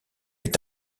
est